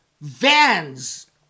vans